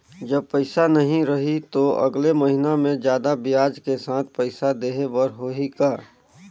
जब पइसा नहीं रही तो अगले महीना मे जादा ब्याज के साथ पइसा देहे बर होहि का?